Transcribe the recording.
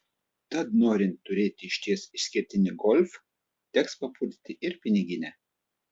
tad norint turėti išties išskirtinį golf teks papurtyti ir piniginę